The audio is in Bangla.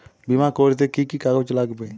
বিমা করতে কি কি কাগজ লাগবে?